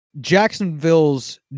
Jacksonville's